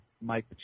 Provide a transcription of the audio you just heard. Mike